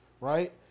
Right